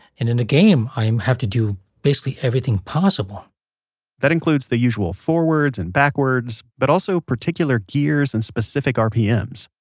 in a and game i um have to do basically everything possible that includes the usual forwards and backwards, but also particular gears and specific rpms.